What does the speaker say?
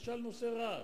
למשל, נושא הרעש.